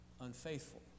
unfaithful